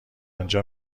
آنجا